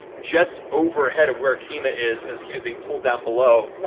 just overhead of where kima is, since kima's been pulled down below.